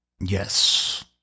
Yes